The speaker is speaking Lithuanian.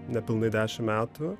nepilnai dešim metų